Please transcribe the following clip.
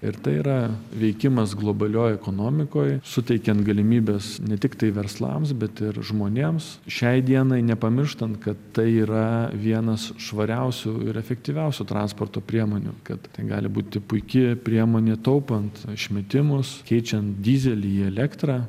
ir tai yra veikimas globalioj ekonomikoj suteikiant galimybes ne tiktai verslams bet ir žmonėms šiai dienai nepamirštant kad tai yra vienas švariausių ir efektyviausių transporto priemonių kad tai gali būti puiki priemonė taupant išmetimus keičiant dyzelį į elektrą